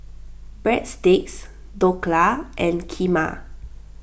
Breadsticks Dhokla and Kheema